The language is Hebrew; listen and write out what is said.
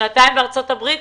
שנתיים בארצות הברית,